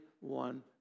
one